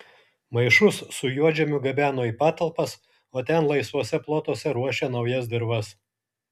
maišus su juodžemiu gabeno į patalpas o ten laisvuose plotuose ruošė naujas dirvas